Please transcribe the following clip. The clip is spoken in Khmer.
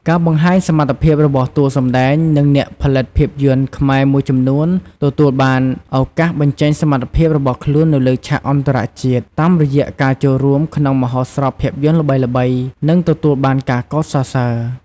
ការបង្ហាញសមត្ថភាពរបស់តួសម្ដែង និងអ្នកផលិតភាពយន្តខ្មែរមួយចំនួនទទួលបានឱកាសបញ្ចេញសមត្ថភាពរបស់ខ្លួននៅលើ ឆាកអន្តរជាតិ តាមរយៈការចូលរួមក្នុងមហោស្រពភាពយន្តល្បីៗ និងទទួលបានការកោតសរសើរ។